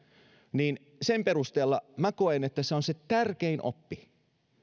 niin sen perusteella minä koen että se on se tärkein oppi